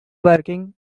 working